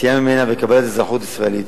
יציאה ממנה וקבלת אזרחות ישראלית,